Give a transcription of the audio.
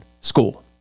School